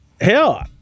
Hell